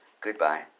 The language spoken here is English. Goodbye